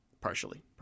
Partially